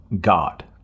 God